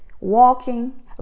walking